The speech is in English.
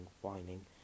whining